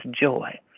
joy